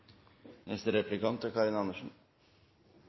Neste replikant er